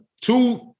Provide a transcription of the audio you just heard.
two